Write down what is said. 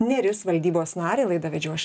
neris valdybos narį laidą vedžiau aš